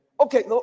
Okay